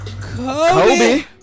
Kobe